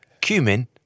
cumin